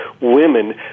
women